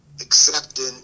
accepting